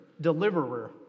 deliverer